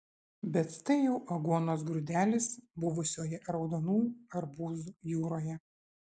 bet tai jau aguonos grūdelis buvusioje raudonų arbūzų jūroje